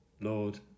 Lord